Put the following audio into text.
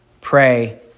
pray